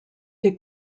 des